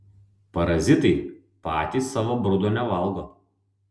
parazitai patys savo brudo nevalgo